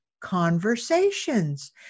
conversations